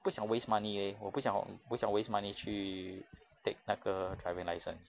不想 waste money leh 我不想不想 waste money 去 take 那个 driving license